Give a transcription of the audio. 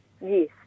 Yes